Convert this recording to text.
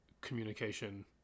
communication